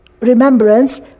remembrance